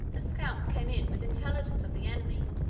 the scouts came in with intelligence of the enemy.